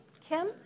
Kim